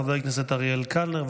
חבר הכנסת אריאל קלנר,